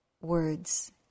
words